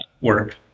work